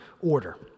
order